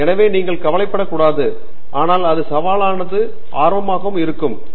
எனவே நீங்கள் கவலைப்படக்கூடாது ஆனால் அது சவாலாகவும் ஆர்வமாகவும் இருக்கம்